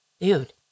dude